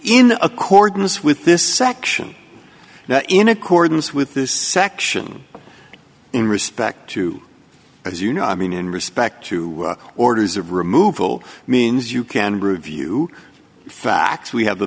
in accordance with this section now in accordance with this section in respect to as you know i mean in respect to orders of removal means you can review facts we have the